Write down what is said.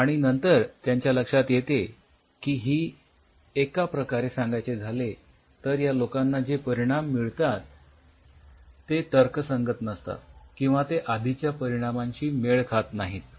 आणि नंतर त्यांच्या लक्षात येते की एका प्रकारे सांगायचे झाले तर या लोकांना जे परिणाम मिळतात ते तर्कसंगत नसतात किंवा ते आधीच्या परिणामांशी मेळ खात नाहीत